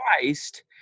Christ